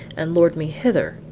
and lured me hither,